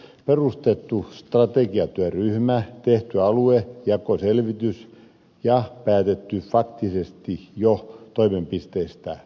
on perustettu strategiatyöryhmä tehty aluejakoselvitys ja päätetty faktisesti jo toimipisteistä